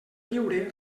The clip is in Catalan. lliure